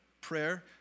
prayer